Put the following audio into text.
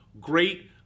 great